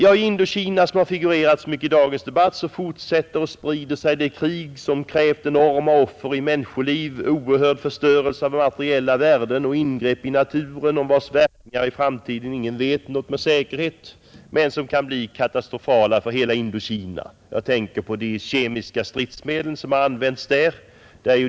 I Indokina som figurerat så mycket i dagens debatt fortsätter och sprider sig det krig, som vållat enorma offer i människoliv, oerhörd förstörelse av materiella värden och ingrepp i naturen, om vilkas verkningar i framtiden ingen vet något med säkerhet men som kan bli katastrofala för hela Indokina. Jag tänker på de kemiska stridsmedel som används där.